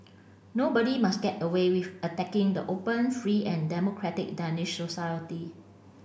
nobody must get away with attacking the open free and democratic Danish society